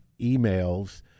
emails